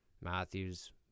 Matthews